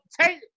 take